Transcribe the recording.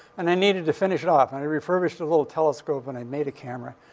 and i needed to finish it off. and i refurbished a little telescope. and i made a camera.